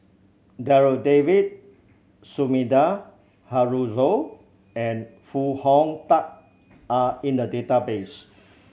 Darryl David Sumida Haruzo and Foo Hong Tatt are in the database